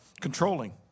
controlling